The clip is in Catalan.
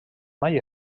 mai